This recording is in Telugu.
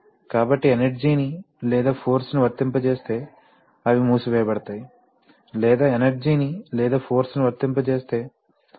కాబట్టి ఎనర్జీ ని లేదా ఫోర్స్ ని వర్తింపజేస్తే అవి మూసివేయబడతాయి లేదా ఎనర్జీ ని లేదా ఫోర్స్ ని వర్తింపజేస్తే అవి తెరిచి ఉంటాయి